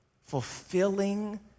fulfilling